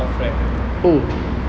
off right